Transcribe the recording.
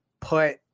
put